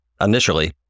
initially